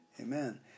Amen